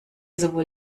sowohl